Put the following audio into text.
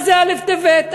מה זה א' טבת?